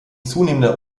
zunehmender